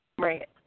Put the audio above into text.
Right